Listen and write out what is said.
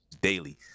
daily